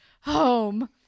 home